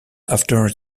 after